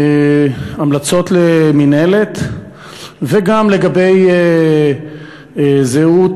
המלצות למינהלת וגם לגבי זהות,